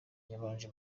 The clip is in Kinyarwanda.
yabanje